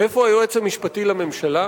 ואיפה היועץ המשפטי לממשלה?